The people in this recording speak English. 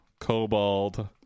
Cobalt